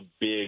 big